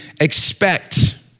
expect